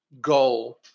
goal